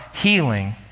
healing